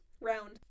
round